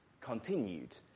continued